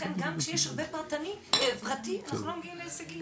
ולכן גם כשיש הרבה פרטי אנחנו לא מגיעים להישגים.